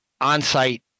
on-site